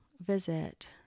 visit